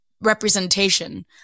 representation